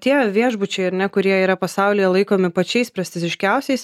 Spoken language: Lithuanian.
tie viešbučiai ar ne kurie yra pasaulyje laikomi pačiais prestižiškiausiais